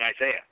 Isaiah